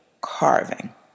carving